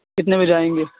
کتنے بجے آئیں گے